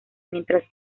mientras